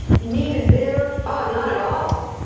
mean and bitter? oh, not at all.